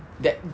that